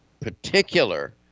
particular